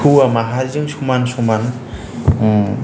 हौवा माहारिजों समान समान